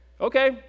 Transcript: okay